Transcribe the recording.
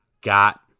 got